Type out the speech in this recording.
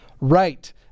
Right